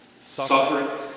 Suffering